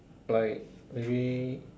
like maybe